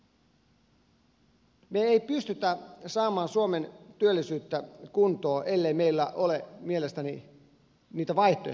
me emme pysty saamaan suomen työllisyyttä kuntoon ellei meillä ole mielestäni niitä vaihtoehtoja olemassa